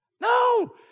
No